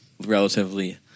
relatively